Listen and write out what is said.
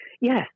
Yes